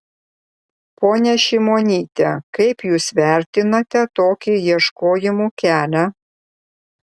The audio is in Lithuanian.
ponia šimonyte kaip jūs vertinate tokį ieškojimų kelią